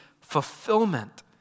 fulfillment